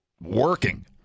working